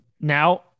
now